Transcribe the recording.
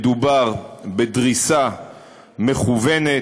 מדובר בדריסה מכוונת.